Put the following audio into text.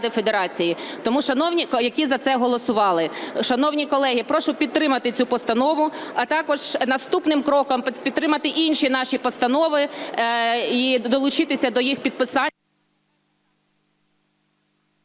Шановні колеги, прошу підтримати цю постанову, а також наступним кроком підтримати інші наші постанови і долучитися до їх підписання…